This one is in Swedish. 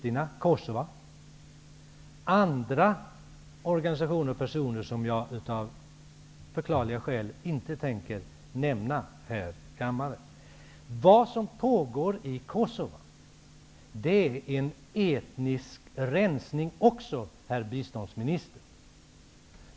Jag har även träffat andra organisationer och personer som jag av förklarliga skäl inte tänker nämna här i kammaren. Vad som pågår i Kosova är också en etnisk rensning, herr biståndsminister.